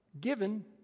given